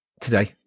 today